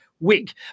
week